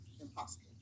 impossible